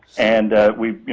and we, you